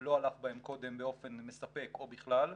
לא הלך בהם קודם באופן מספק או בכלל,